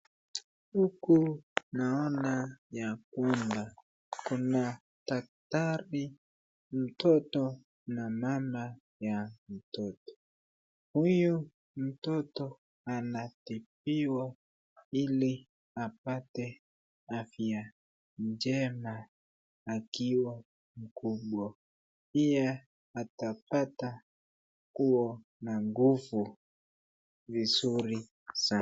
Huku naona ya kwamba kuna daktari mtoto na mama ya mtoto huyu mtoto anatibiwa ili apate afya njema akiwa mkubwa pia atapata kuwa na nguvu vizuri sana.